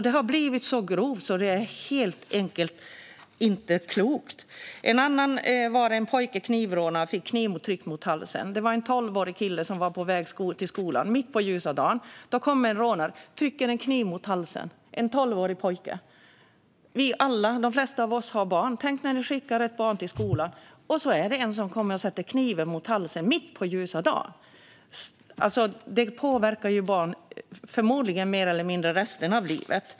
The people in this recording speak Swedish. Det har blivit så grovt att det helt enkelt inte är klokt. En annan rubrik lyder "Pojke knivrånad - fick kniv tryckt mot halsen". Det var en tolvårig kille som var på väg till skolan, mitt på ljusa dagen. Då kommer en rånare och trycker en kniv mot halsen - på en tolvårig pojke! De flesta av oss har barn. Tänk att skicka ett barn till skolan, och så kommer det någon och sätter en kniv mot halsen på barnet mitt på ljusa dagen! Förmodligen påverkar det barnet mer eller mindre resten av livet.